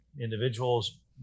individuals